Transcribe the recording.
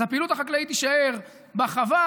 אז הפעילות החקלאית תישאר בחווה,